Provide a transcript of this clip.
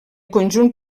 conjunt